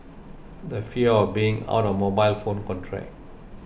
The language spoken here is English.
the fear of being out of mobile phone contact